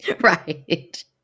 Right